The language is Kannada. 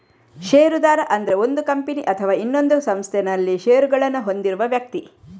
ಷೇರುದಾರ ಅಂದ್ರೆ ಒಂದು ಕಂಪನಿ ಅಥವಾ ಒಂದು ಸಂಸ್ಥೆನಲ್ಲಿ ಷೇರುಗಳನ್ನ ಹೊಂದಿರುವ ವ್ಯಕ್ತಿ